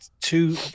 two